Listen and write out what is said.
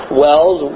wells